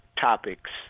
topics